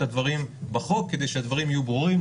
הדברים בחוק כדי שהדברים יהיו ברורים,